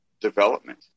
development